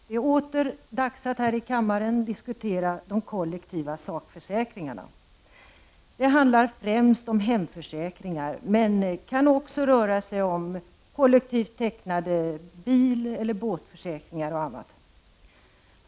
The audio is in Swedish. Herr talman! Det betänkande vi nu tar oss an är en gammal bekant. Det är åter dags att här i kammaren diskutera de kollektiva sakförsäkringarna. Det handlar främst om hemförsäkringar, men det kan också röra sig om kollektivt tecknade bileller båtförsäkringar och annat.